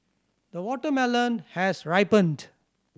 the watermelon has ripened